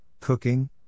cooking